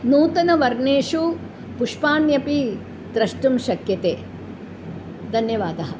नूतनेषु वर्णेषु पुष्पाण्यपि द्रष्टुं शक्यते धन्यवादः